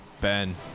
Ben